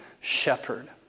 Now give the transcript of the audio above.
shepherd